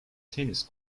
tennis